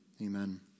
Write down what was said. Amen